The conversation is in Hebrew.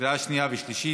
בקריאה שנייה ושלישית.